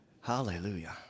Hallelujah